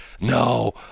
no